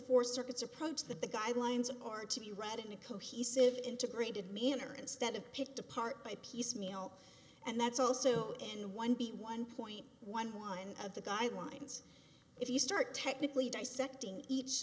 four circuits approach that the guidelines are to be read in a cohesive integrated manner instead of picked apart by piecemeal and that's also and one b one point one one of the guidelines if you start technically dissecting each